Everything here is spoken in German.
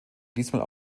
diesmal